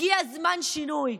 הגיע זמן שינוי.